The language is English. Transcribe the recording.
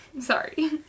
Sorry